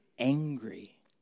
angry